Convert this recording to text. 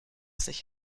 sich